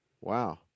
Wow